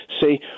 say